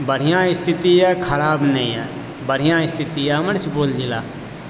बढ़िया स्थिति येए खराब नै येए बढ़िया स्थिति येए हमर सुपौल जिला